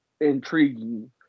intriguing